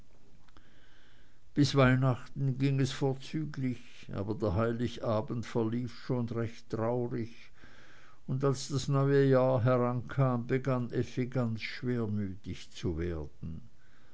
bis weihnachten ging es vorzüglich aber der heiligabend verlief schon recht traurig und als das neue jahr herankam begann effi ganz schwermütig zu werden